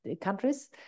countries